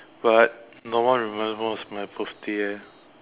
but no one remember when is my birthday eh